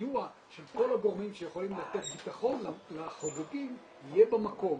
והסיוע של כל הגורמים שיכולים לתת בטחון לחוגגים יהיה במקום,